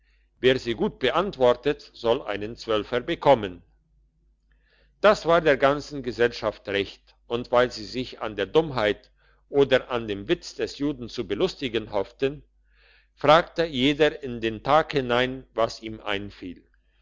wer sie gut beantwortet soll einen zwölfer bekommen das war der ganzen gesellschaft recht und weil sie sich an der dummheit oder an dem witz des juden zu belustigen hofften fragte jeder in den tag hinein was ihm einfiel